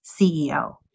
CEO